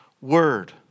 word